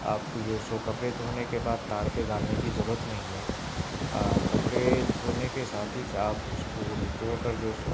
آپ کو جو سو کپڑے دھونے کے بعد تاڑ پہ ڈالنے کی ضرورت نہیں ہے کپڑے دھونے کے ساتھ ہی آپ اس کو نچوڑ کر جو سو